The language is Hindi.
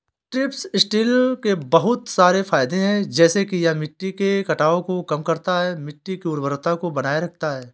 स्ट्रिप टील के बहुत सारे फायदे हैं जैसे कि यह मिट्टी के कटाव को कम करता है, मिट्टी की उर्वरता को बनाए रखता है